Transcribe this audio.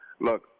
Look